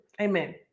Amen